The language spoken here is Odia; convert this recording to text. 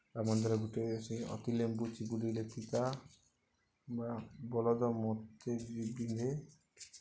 ଗୁଟେ ଇ ସେ ଅତି ଲେମ୍ବୁ ଚିପୁଡ଼ିଲେ ପିତା ଆ ବଲଦ ମୋତେ ବି ବିିନ୍ଧେ